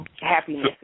happiness